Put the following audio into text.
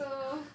so